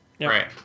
right